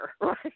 Right